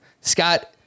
Scott